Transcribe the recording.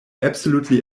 absolutely